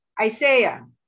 Isaiah